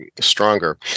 stronger